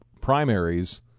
primaries